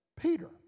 Peter